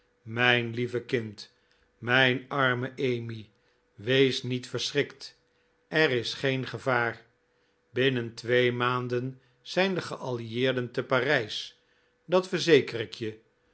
mijn lieve kind mijn arme emmy wees niet verschrikt er is geen gevaar binnen twee maanden zijn de geallieerden te parijs dat verzeker ik je